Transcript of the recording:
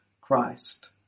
Christ